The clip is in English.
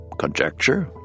conjecture